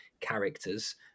characters